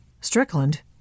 Strickland